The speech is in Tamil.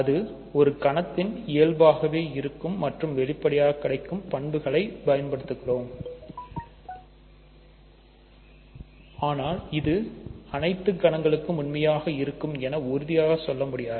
இது ஒரு கணத்தின் இயல்பாகவே இருக்கும் மற்றும் வெளிப்படையாக கிடைக்கும் பண்புகளை பயன்படுத்துகிறோம்அனால் இது அனைத்து கணங்களுக்கு உண்மையாக இருக்கும் என உறுதியாக சொல்லமுடியாது